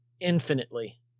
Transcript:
infinitely